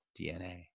DNA